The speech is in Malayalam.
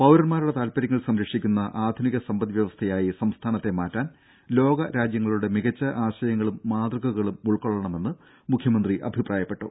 പൌരന്മാരുടെ താല്പര്യങ്ങൾ സംരക്ഷിക്കുന്ന ആധുനിക സമ്പദ് വ്യവസ്ഥയായി സംസ്ഥാനത്തെ മാറ്റാൻ ലോകരാജ്യങ്ങളുടെ മികച്ച ആശയങ്ങളും മാതൃകകളും ഉൾക്കൊള്ളണമെന്ന് മുഖ്യമന്ത്രി അഭിപ്രായപ്പെട്ടു